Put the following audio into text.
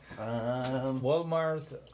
Walmart